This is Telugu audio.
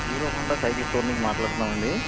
హీరో హోండా సైకిల్ స్టోర్ నుంచి మాట్లాడుతున్నామండి